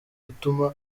gutuma